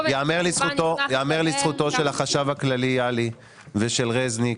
ייאמר לזכותו של החשב הכללי ושל רזניק,